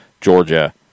Georgia